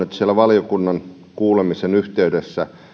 että siellä valiokunnan kuulemisen yhteydessä